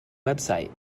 website